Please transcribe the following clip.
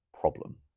problem